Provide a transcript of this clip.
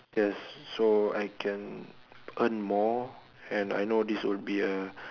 yes so I can earn more and I know this will be a